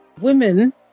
women